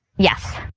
yes.